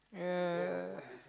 ya